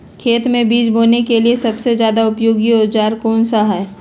खेत मै बीज बोने के लिए सबसे ज्यादा उपयोगी औजार कौन सा होगा?